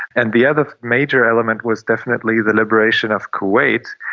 and the other major element was definitely the liberation of kuwait,